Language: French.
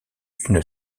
une